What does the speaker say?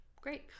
Great